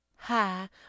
Hi